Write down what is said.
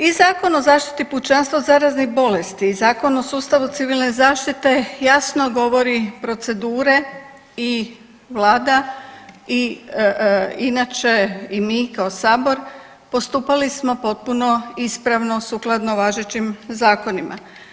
I Zakon o zaštiti pučanstva od zaraznih bolesti i Zakon o sustavu civilne zaštite jasno govori procedure i Vlada i inače i mi kao Sabor postupali smo potpuno ispravno sukladno važećim zakonima.